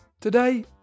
Today